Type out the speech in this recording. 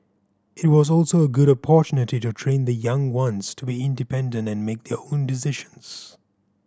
it was also a good opportunity to train the young ones to be independent and make their own decisions